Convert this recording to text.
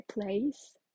place